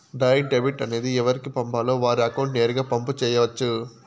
direct debit అనేది ఎవరికి పంపాలో వారి అకౌంట్ నేరుగా పంపు చేయొచ్చు